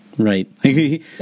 Right